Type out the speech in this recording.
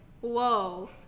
whoa